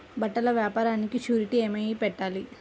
బట్టల వ్యాపారానికి షూరిటీ ఏమి పెట్టాలి?